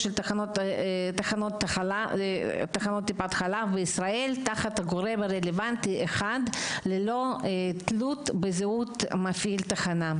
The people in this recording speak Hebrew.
תחנות טיפת החלב בישראל תחת הגורם הרלוונטי ללא תלות בזהות מפעיל התחנה.